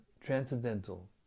transcendental